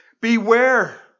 Beware